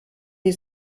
die